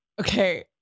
Okay